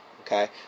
okay